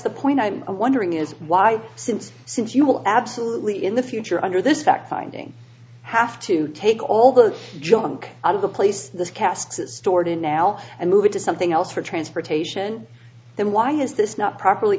the point i'm wondering is why since since you will absolutely in the future under this fact finding have to take all the junk out of the place this casks is stored in now and moving to something else for transportation then why is this not properly